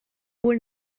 wohl